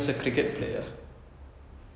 Kanaa was also good